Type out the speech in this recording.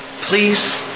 please